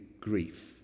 grief